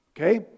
okay